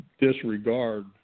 disregard